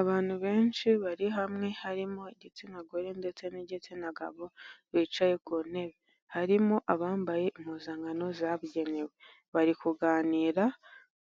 Abantu benshi bari hamwe, harimo igitsina gore ndetse n'igitsina gabo bicaye ku ntebe. Harimo abambaye impuzankano zagenewe. Bari kuganira